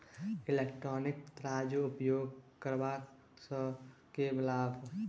Electronic तराजू उपयोग करबा सऽ केँ लाभ?